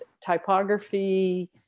typography